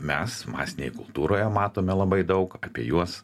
mes masinėje kultūroje matome labai daug apie juos